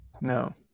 no